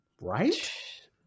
right